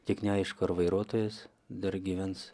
tik neaišku ar vairuotojas dar gyvens